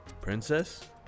Princess